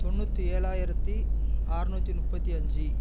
தொண்ணூற்றி ஏழாயிரத்தி ஆற்நூற்றி முப்பத்தி அஞ்சு